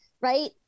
right